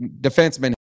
defenseman